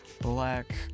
black